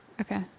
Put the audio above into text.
Okay